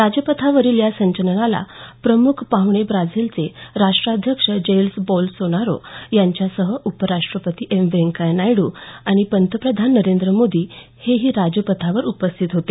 राजपथावरील या संचलनाला प्रमुख पाहणे ब्राझीलचे राष्ट्राध्यक्ष जैर बोल्सोनारो यांच्यासह उपराष्टपती व्यंकय्या नायड्र आणि पंतप्रधान नरेंद्र मोदी हेही राजपथावर उपस्थित होते